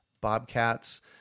bobcats